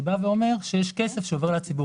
שאומר שיש כסף שעובר לציבור.